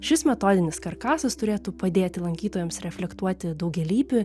šis metodinis karkasas turėtų padėti lankytojams reflektuoti daugialypį